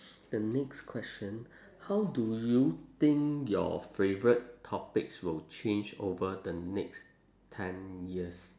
the next question how do you think your favourite topics will change over the next ten years